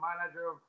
manager